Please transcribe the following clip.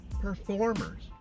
performers